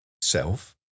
self